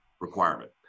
requirement